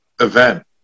event